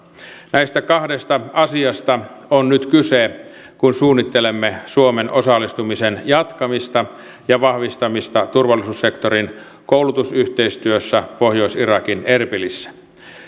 näistä kahdesta asiasta on nyt kyse kun suunnittelemme suomen osallistumisen jatkamista ja vahvistamista turvallisuussektorin koulutusyhteistyössä pohjois irakin erbilissä